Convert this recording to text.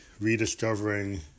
rediscovering